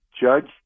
Judge